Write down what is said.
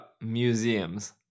museums